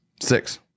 Six